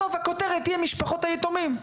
בסוף הכותרת תהיה משפחות היתומים.